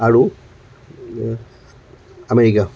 আৰু আমেৰিকা